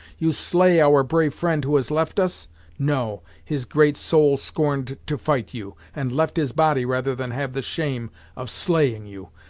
you slay our brave friend who has left us no his great soul scorned to fight you, and left his body rather than have the shame of slaying you!